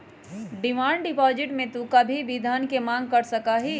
demand deposit में तू कभी भी धन के मांग कर सका हीं